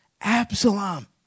Absalom